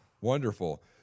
wonderful